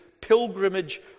pilgrimage